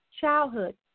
childhood